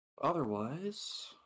Otherwise